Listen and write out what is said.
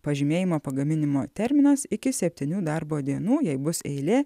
pažymėjimo pagaminimo terminas iki septynių darbo dienų jei bus eilė